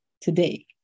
today